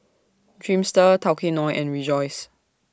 Dreamster Tao Kae Noi and Rejoice